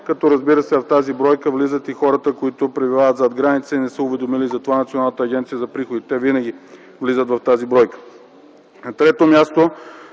Разбира се, в тази бройка влизат и хората, които пребивават зад граница и не са уведомили за това Националната агенция за приходите. Те винаги влизат в тази бройка. На трето място,